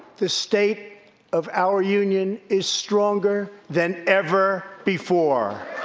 the state of our union is stronger than ever before.